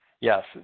yes